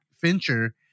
fincher